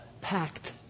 packed